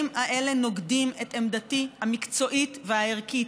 האלה נוגדים את עמדתי המקצועית והערכית,